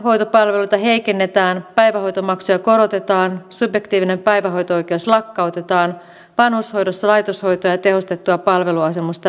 päivähoitopalveluita heikennetään päivähoitomaksuja korotetaan subjektiivinen päivähoito oikeus lakkautetaan vanhushoidossa laitoshoitoa ja tehostettua palveluasumista vähennetään